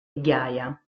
ghiaia